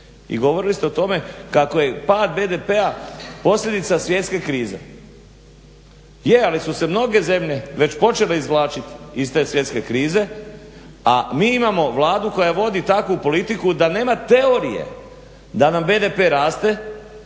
I govorili ste o tome kako je pad BDP-a posljedica svjetske krize, je ali su se mnoge zemlje već počele izvlačiti iz te svjetske krize a mi imamo Vladu koja vodi takvu politiku da nema teorije da nam BDP raste